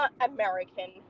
American